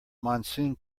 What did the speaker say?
monsoon